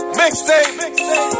mixtape